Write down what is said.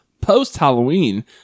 post-Halloween